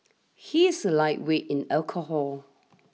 he is a lightweight in alcohol